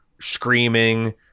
screaming